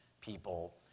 people